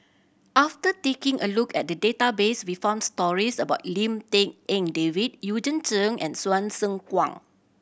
after taking a look at the database we found stories about Lim Tik En David Eugene Chen and Hsu Tse Kwang